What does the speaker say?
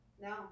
No